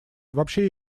вообще